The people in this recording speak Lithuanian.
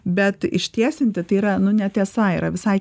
bet ištiesinti tai yra nu netiesa yra visai